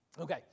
Okay